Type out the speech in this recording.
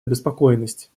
обеспокоенность